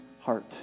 heart